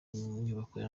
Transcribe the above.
nyubako